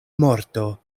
morto